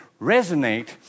resonate